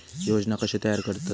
योजना कशे तयार करतात?